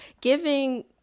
giving